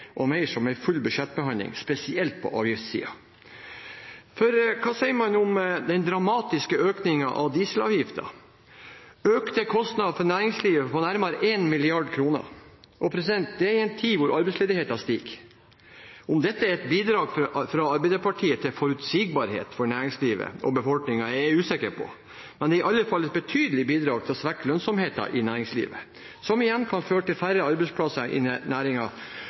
og mer som en full budsjettbehandling, spesielt på avgiftssiden. For hva sier man om den dramatiske økningen av dieselavgiften, økte kostnader for næringslivet på nærmere én milliard kroner – og det i en tid hvor arbeidsledigheten stiger? Om dette er et bidrag fra Arbeiderpartiet til forutsigbarhet for næringslivet og befolkningen, er jeg usikker på, men det er i alle fall et betydelig bidrag til å svekke lønnsomheten i næringslivet, som igjen kan føre til færre arbeidsplasser i